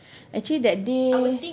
actually that day